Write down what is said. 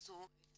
והכניסו את